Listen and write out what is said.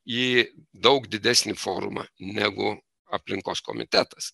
į daug didesnį forumą negu aplinkos komitetas